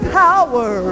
power